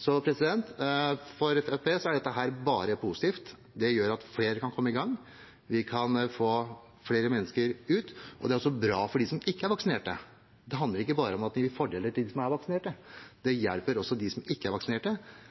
Så for Fremskrittspartiet er dette bare positivt. Det gjør at flere kan komme i gang, og at vi kan få flere mennesker ut, og det er også bra for dem som ikke er vaksinert. Det handler ikke bare om at det gir fordeler til dem som er vaksinert, det hjelper også dem som ikke er